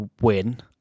win